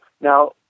now